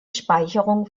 speicherung